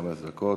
חמש דקות.